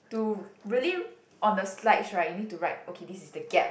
to really on the slides right you need to write okay this is the gap